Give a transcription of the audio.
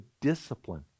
discipline